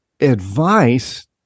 advice